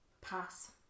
Pass